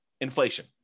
Inflation